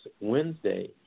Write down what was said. Wednesday